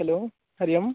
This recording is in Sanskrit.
हलो हरि ओं